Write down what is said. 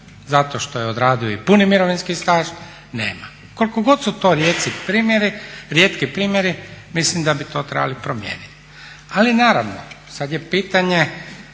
zato što je odradio i puni mirovinski staž nema. Koliko god su to rijetki primjeri mislim da bi to trebali promijeniti. Ali naravno, sad je pitanje